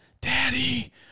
daddy